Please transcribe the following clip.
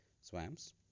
swamps